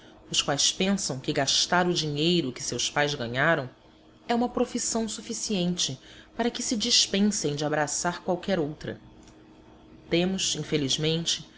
os quais pensam que gastar o dinheiro que seus pais ganharam é uma profissão suficiente para que se dispensem de abraçar qualquer outra temos infelizmente